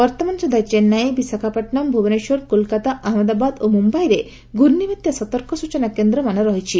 ବର୍ତ୍ତମାନ ସୁଦ୍ଧା ଚେନ୍ନାଇ ବିଶାଖାପଟନମ୍ ଭୁବନେଶ୍ୱର କୋଲକାତା ଅହମ୍ମଦାବାଦ୍ ଓ ମୁମ୍ୟାଇରେ ଘ୍ରର୍ଷ୍ଣବାତ୍ୟା ସତର୍କ ସୂଚନା କେନ୍ଦ୍ରମାନ ରହିଛି